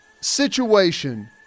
situation